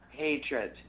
Hatred